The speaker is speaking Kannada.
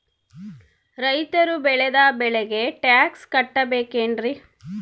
ರೈತರು ಬೆಳೆದ ಬೆಳೆಗೆ ಟ್ಯಾಕ್ಸ್ ಕಟ್ಟಬೇಕೆನ್ರಿ?